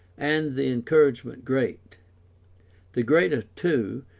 and the encouragement great the greater, too,